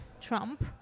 Trump